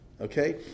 Okay